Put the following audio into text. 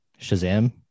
Shazam